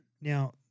Now